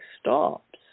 stops